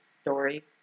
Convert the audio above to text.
story